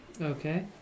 Okay